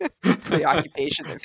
preoccupation